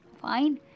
Fine